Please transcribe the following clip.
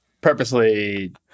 purposely